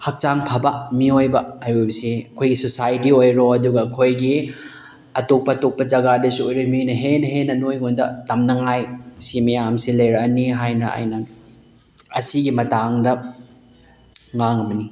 ꯍꯛꯆꯥꯡ ꯐꯕ ꯃꯤꯑꯣꯏꯕ ꯍꯥꯏꯕꯁꯦ ꯑꯩꯈꯣꯏꯒꯤ ꯁꯣꯁꯥꯏꯇꯤ ꯑꯣꯏꯔꯣ ꯑꯗꯨꯒ ꯑꯩꯈꯣꯏꯒꯤ ꯑꯇꯣꯞ ꯑꯇꯣꯞꯄ ꯖꯒꯥꯗꯁꯨ ꯑꯣꯏꯔꯣ ꯃꯤꯅ ꯍꯦꯟꯅ ꯍꯦꯟꯅ ꯅꯣꯏꯉꯣꯟꯗ ꯇꯝꯅꯉꯥꯏ ꯁꯤ ꯃꯌꯥꯝꯁꯤ ꯂꯩꯔꯛꯑꯅꯤ ꯍꯥꯏꯅ ꯑꯩꯅ ꯑꯁꯤꯒꯤ ꯃꯇꯥꯡꯗ ꯉꯥꯡꯕꯅꯤ